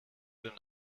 den